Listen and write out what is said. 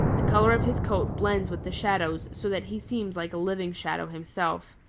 the color of his coat blends with the shadows so that he seems like a living shadow himself.